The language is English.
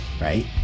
right